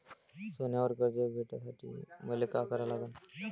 सोन्यावर कर्ज भेटासाठी मले का करा लागन?